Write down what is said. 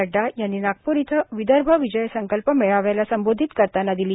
नडड्ज्ञ यांनी नागपूर इयं विदर्भ विजय संकल्प मेळाव्याला संबोधित करताना दिली